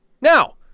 Now